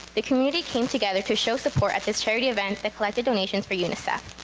the community came together to show support at this charity event that collected donations for unicef.